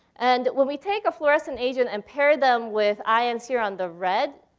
and when we take a fluorescent agent and pair them with ions here on the red,